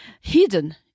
hidden